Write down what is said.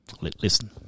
Listen